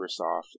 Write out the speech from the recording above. Microsoft